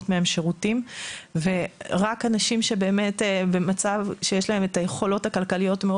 מהם שירותים ורק אנשים שיש להם את היכולות הכלכליות,